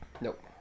Nope